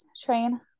train